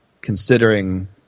considering